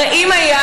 הרי אם היה